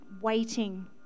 waiting